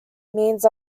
means